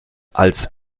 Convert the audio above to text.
als